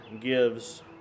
gives